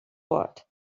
what